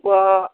ꯊꯣꯏꯗꯣꯛꯄ